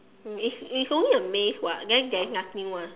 mm it's it's only a maze [what] then there's nothing [one]